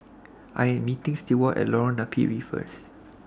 I Am meeting Stewart At Lorong Napiri First